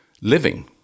living